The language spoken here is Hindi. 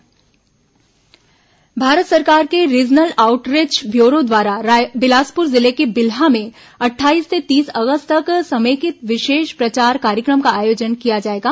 डीएफपी जागरूकता संचार भारत सरकार के रीजनल आउटरीच ब्यूरो द्वारा बिलासपुर जिले के बिल्हा में अट्ठाईस से तीस अगस्त तक समेकित विशेष प्रचार कार्यक्रम का आयोजन किया जाएगा